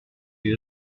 les